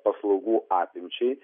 paslaugų apimčiai